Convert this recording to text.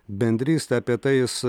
bendrystę apie tai jis